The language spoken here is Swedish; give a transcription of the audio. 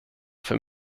för